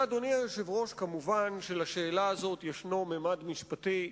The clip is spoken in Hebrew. ואדוני היושב-ראש, מובן שלשאלה הזאת יש ממד משפטי.